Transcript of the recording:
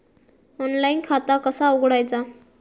Online खाता कसा उघडायचा?